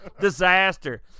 Disaster